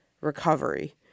recovery